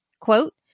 quote